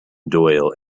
doyle